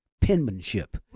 penmanship